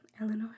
Eleanor